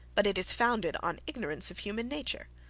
but it is founded on ignorance of human nature.